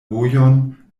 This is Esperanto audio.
vojon